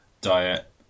diet